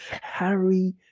Harry